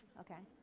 okay?